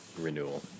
renewal